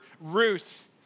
Ruth